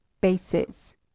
bases